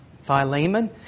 Philemon